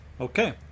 Okay